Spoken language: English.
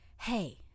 hey